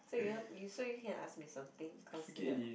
so you know so you can ask me something considered